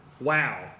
wow